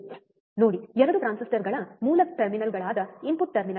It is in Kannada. ನೋಡಿ 2 ಟ್ರಾನ್ಸಿಸ್ಟರ್ಗಳ ಮೂಲ ಟರ್ಮಿನಲ್ಗಳಾದ ಇನ್ಪುಟ್ ಟರ್ಮಿನಲ್ಗಳು